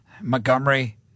Montgomery